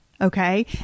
Okay